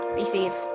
receive